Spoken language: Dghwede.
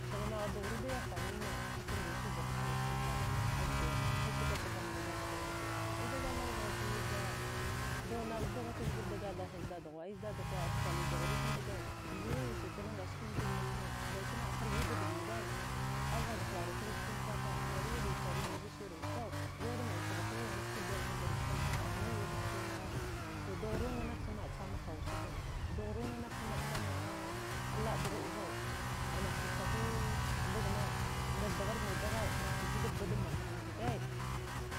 Sghimagha dughruda yafaghnina kachanda wusi buha thaghis hazdadzuwa azbaizuwa kamda gathgil kachacah vbaighuwa aida ghathgha vghachwiya baya dughnagh dughuwa kizgurda ghagha hasdadghuwa azdadghuwa atkwali dughruwa kdagai gwil wusachanne nga skina dangnanvau gasinan a harzi dadga wudai avaghda hlaru hlaskin kwatau wud wusari goliva sir wusau juwaghda manthra guəa ngaski bighba gurva hasdughnau niwzagh chunayau to dughruwa nganahcha maə chna hausavau dughruwa nganahcha maə chna. a laə dughudevau anahcha chaku dganau ngathdarada nthaghai nahcha juda bagam makrantatai